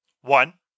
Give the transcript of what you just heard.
One